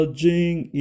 jing